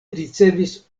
ricevis